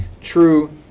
true